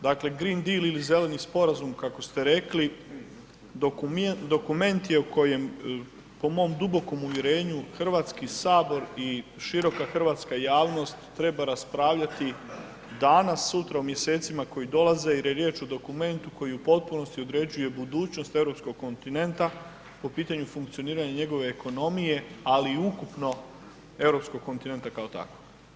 Dakle, Green Dil ili Zeleni sporazum kako ste rekli, dokument je u kojem, po mom dubokom uvjerenju, HS i široka hrvatska javnost treba raspravljati danas, sutra u mjesecima koji dolaze jer je riječ o dokumentu koji u potpunosti određuje budućnost europskog kontinenta po pitanju funkcioniranja njegove ekonomije, ali i ukupno europskog kontinenta kao takvog.